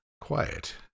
Quiet